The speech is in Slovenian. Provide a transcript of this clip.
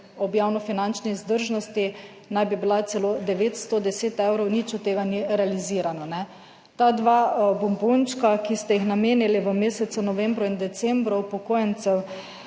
ob javnofinančni vzdržnosti naj bi bila celo 910 evrov. Nič od tega ni realizirano, ne. Ta dva bombončka, ki ste jih namenili v mesecu novembru in decembru upokojencev,